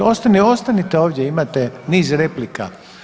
Ostanite ovdje, imate niz replika.